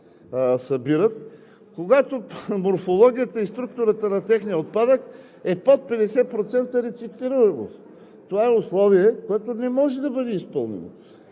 събират, когато морфологията и структурата на техния отпадък е под 50% рециклируемост! Това е условие, което не може да бъде изпълнено!